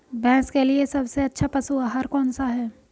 भैंस के लिए सबसे अच्छा पशु आहार कौनसा है?